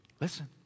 listen